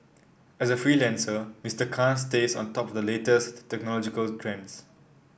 as a freelancer Mister Khan stays on top of the latest technological trends